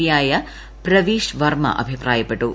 P യായ പ്രവീഷ് വർമ അഭിപ്രായപ്പെട്ടു